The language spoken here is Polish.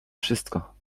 wszystko